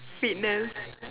fitness